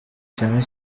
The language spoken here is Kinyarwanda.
cyane